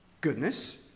goodness